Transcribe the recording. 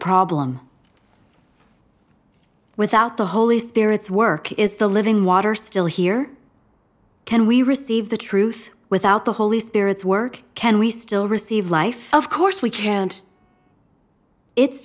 problem without the holy spirit's work is the living water still here can we receive the truth without the holy spirit's work can we still receive life of course we can't it's